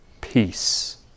peace